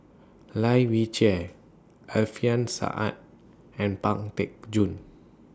Lai Weijie Alfian Sa'at and Pang Teck Joon